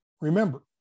Remember